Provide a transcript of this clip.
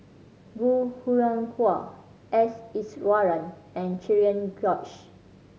Bong Hiong Hwa S Iswaran and Cherian George